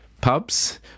pubs